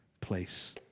place